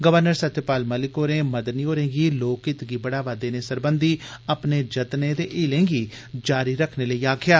governor Satyapal Malik होरें मदनी होरें गी लोक हित गी बढ़ावा देने सरबंधी अपने जतनें हीलें गी जारी रक्खने लेई बी आक्खेया